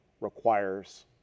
requires